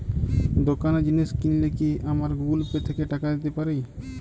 দোকানে জিনিস কিনলে কি আমার গুগল পে থেকে টাকা দিতে পারি?